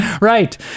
Right